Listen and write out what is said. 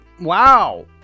Wow